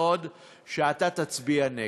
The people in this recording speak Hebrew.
ומקווה שאתה תצביע נגד.